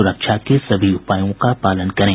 सुरक्षा के सभी उपायों का पालन करें